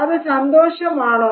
അത് സന്തോഷമാണോ